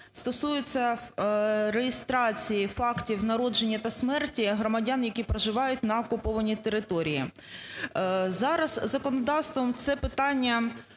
стосується реєстрації фактів народження та смерті громадян, які проживають на окупованій території. Зараз законодавством це питання